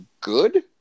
good